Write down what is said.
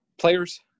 players